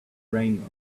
reign